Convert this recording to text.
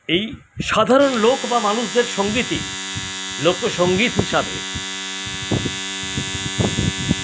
এই সাধারণ লোক বা মানুষদের সংগীতই লোকসংগীত হিসাবে